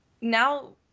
now